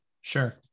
Sure